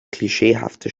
klischeehaftes